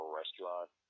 restaurant